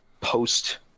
post